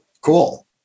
Cool